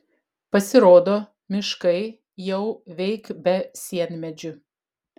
pasirodo miškai jau veik be sienmedžių